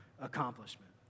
accomplishment